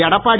Edappadi